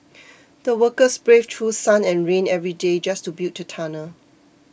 the workers braved through sun and rain every day just to build the tunnel